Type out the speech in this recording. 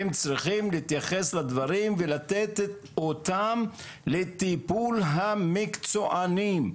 הם צריכים להתייחס לדברים ולתת אותם לטיפול המקצוענים,